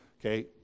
okay